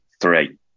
three